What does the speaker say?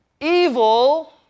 evil